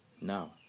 Now